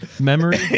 memory